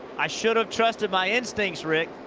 i should have trusted my instincts, rick,